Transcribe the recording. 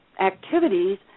activities